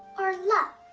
or love,